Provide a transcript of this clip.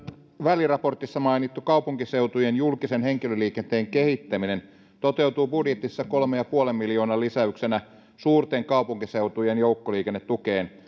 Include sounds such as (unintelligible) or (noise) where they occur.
väliraportissa mainittu kaupunkiseutujen julkisen henkilöliikenteen kehittäminen toteutuu budjetissa kolmen pilkku viiden miljoonan lisäyksenä suurten kaupunkiseutujen joukkoliikennetukeen (unintelligible)